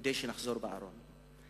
כדי שנחזור בארון.